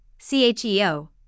CHEO